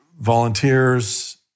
Volunteers